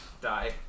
die